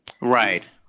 right